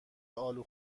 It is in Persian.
آلو